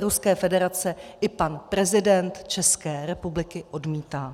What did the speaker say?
Ruské federace i pan prezident České republiky odmítá.